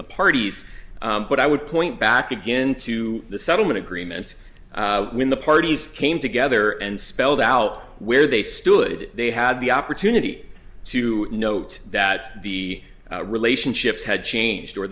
the parties but i would point back again to the settlement agreements when the parties came together and spelled out where they stood they had the opportunity to note that the relationships had changed or